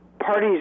parties